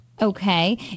Okay